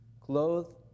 clothed